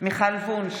מיכל וונש,